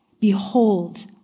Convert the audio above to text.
Behold